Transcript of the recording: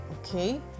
Okay